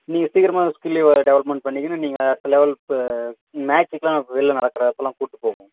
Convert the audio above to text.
நீங்கள் சீக்கிரமாக skill development பண்ணிக்குன்னு நீங்கள் அடுத்த லெவல்க்கு மேட்ச்சுக்லா வெளில நடக்கிறப்பல்லா கூட்டு போவோம்